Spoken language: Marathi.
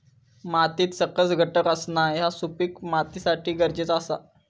मातीत सकस घटक असणा ह्या सुपीक मातीसाठी गरजेचा आसा